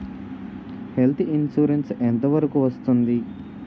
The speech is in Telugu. హెల్త్ ఇన్సురెన్స్ ఎంత వరకు వస్తుంది?